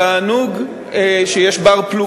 תענוג כשיש בר-פלוגתא מהסוג הזה.